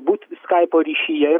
būt skaipo ryšyje ir